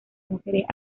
mujeres